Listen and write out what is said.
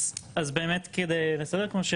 אז באמת כדי לסבר,